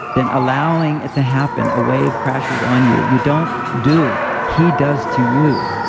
then allowing it to happen, a wave crashes on you. you don't do, he does to you.